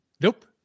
Nope